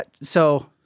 so-